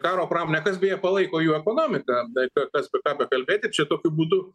karo pramonę kas beje palaiko jų ekonomiką taip ka kas ką bekalbėti čia tokiu būdu